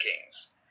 kings